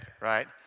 right